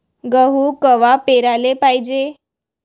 गहू कवा पेराले पायजे?